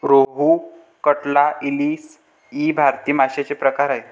रोहू, कटला, इलीस इ भारतीय माशांचे प्रकार आहेत